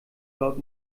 laut